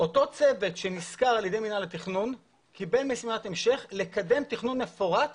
אותו צוות שנשכר על ידי מינהל התכנון קיבל משימת המשך לקדם תכנון מפורט